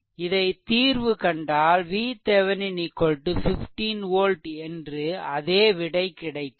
இதை தீர்வுகண்டால் VThevenin 15 volt என்று அதே விடை கிடைக்கும்